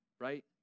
right